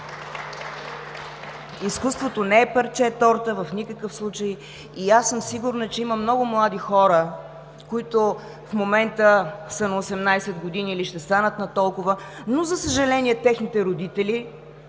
Изкуството в никакъв случай не е парче торта. Аз съм сигурна, че има много млади хора, които в момента са на 18 години, или ще станат на толкова, но, за съжаление, техните родители